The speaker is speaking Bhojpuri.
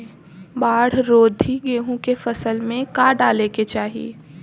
बाढ़ रोधी गेहूँ के फसल में का डाले के चाही?